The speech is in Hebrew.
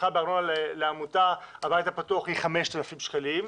התמיכה בארנונה לעמותת הבית הפתוח היא 5,000 שקלים.